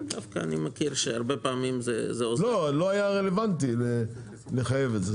לא היה רלוונטי לחייב את זה,